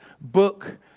book